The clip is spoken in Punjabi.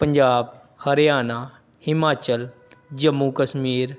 ਪੰਜਾਬ ਹਰਿਆਣਾ ਹਿਮਾਚਲ ਜੰਮੂ ਕਸ਼ਮੀਰ